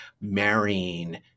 marrying